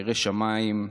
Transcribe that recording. ירא שמיים,